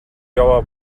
яваа